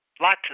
lots